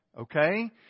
okay